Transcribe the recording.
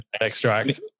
Extract